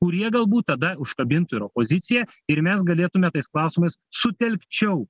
kurie galbūt tada užkabintų ir opoziciją ir mes galėtume tas klausimas sutelkčiau